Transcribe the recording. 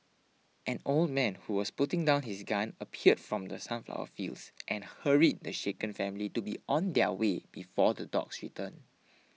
an old man who was putting down his gun appeared from the sunflower fields and hurried the shaken family to be on their way before the dogs return